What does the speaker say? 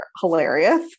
hilarious